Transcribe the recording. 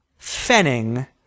Fenning